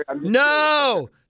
No